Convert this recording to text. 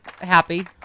happy